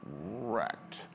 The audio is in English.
wrecked